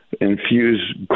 infuse